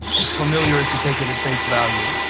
it's familiar if you take it at face value,